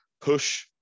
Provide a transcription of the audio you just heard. push